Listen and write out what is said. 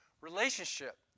relationship